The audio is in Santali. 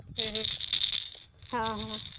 ᱦᱩᱸ ᱦᱩᱸ ᱦᱮᱸ ᱦᱮᱸ